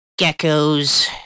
geckos